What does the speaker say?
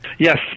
Yes